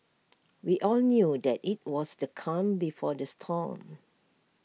we all knew that IT was the calm before the storm